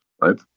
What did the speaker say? right